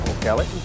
Kelly